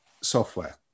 software